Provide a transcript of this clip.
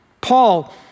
Paul